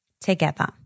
together